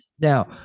Now